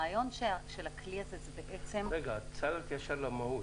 הרעיון של הכלי הזה -- את מדברת בקשר למהות.